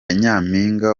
nyampinga